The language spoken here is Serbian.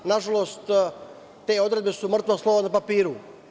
Nažalost, te odredbe su mrtvo slovo na papiru.